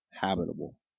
habitable